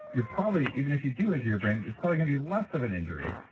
you're probably, even if you do injure your brain, it's probably going to be less of an injury.